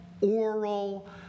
oral